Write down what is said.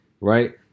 Right